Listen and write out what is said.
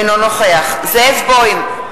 אינו נוכח זאב בוים,